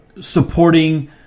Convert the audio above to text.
supporting